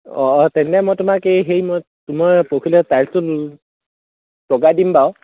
অঁ অঁ তেন্তে মই তোমাক এই সেই মই মই পৰহিলৈ টাইলছ্টো লগাই দিম বাৰু